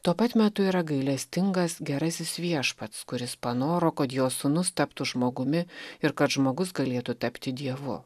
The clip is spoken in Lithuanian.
tuo pat metu yra gailestingas gerasis viešpats kuris panoro kad jo sūnus taptų žmogumi ir kad žmogus galėtų tapti dievu